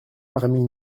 parmi